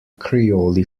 creole